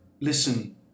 listen